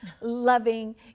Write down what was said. loving